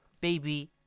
Baby